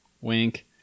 Wink